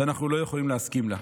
שאנחנו לא יכולים להסכים לה.